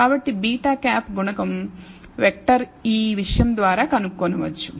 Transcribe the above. కాబట్టి β̂ గుణకం వెక్టర్ ఈ విషయం ద్వారా కనుగొనవచ్చు